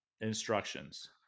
Instructions